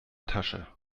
tasche